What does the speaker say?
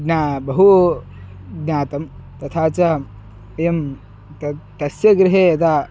ज्ञातं बहु ज्ञातं तथा च एवं तत् तस्य गृहे यदा